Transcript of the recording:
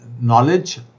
knowledge